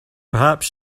perhaps